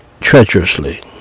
treacherously